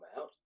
out